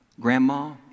grandma